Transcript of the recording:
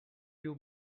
you